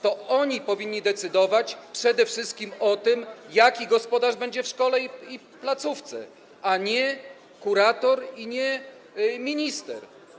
To oni powinni decydować przede wszystkim o tym, jaki gospodarz będzie w szkole i placówce, a nie kurator i nie minister.